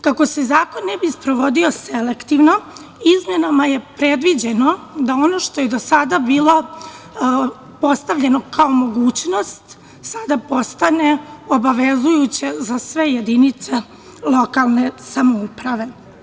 Kako se zakon ne bi sprovodio selektivno, izmenama je predviđeno da ono što je do sada bilo postavljeno kao mogućnost, sada postane obavezujuće za sve jedinice lokalne samouprave.